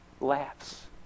laughs